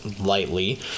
lightly